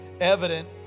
evident